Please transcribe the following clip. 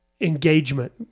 engagement